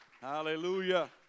Hallelujah